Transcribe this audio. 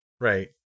Right